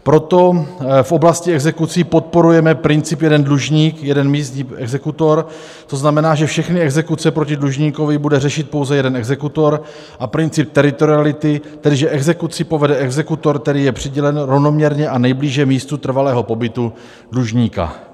Proto v oblasti exekucí podporujeme princip jeden dlužník, jeden místní exekutor, to znamená, že všechny exekuce proti dlužníkovi bude řešit pouze jeden exekutor a princip teritoriality, tedy že exekuci povede exekutor, který je přidělen rovnoměrně a nejblíže místu trvalého pobytu dlužníka.